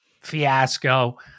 fiasco